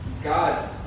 God